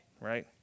right